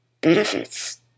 benefits